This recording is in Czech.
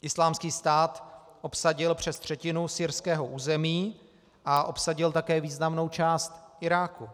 Islámský stát obsadil přes třetinu syrského území a obsadil také významnou část Iráku.